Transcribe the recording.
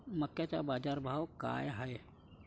मक्याचा बाजारभाव काय हाय?